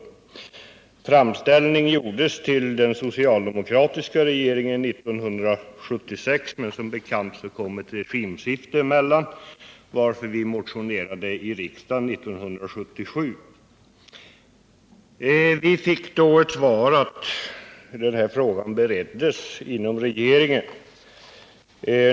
En framställning gjordes till den socialdemokratiska regeringen 1976, men som bekant kom ett regimskifte emellan, varför vi motionerade i riksdagen 1977. Vi fick då svaret att frågan bereds inom regeringen.